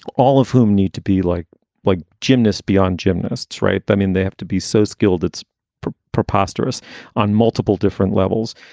all of whom need to be like like gymnasts beyond gymnasts. right. i mean, they have to be so skilled. it's preposterous on multiple different levels.